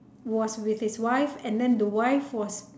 was with his wife and then the wife was